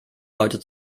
leute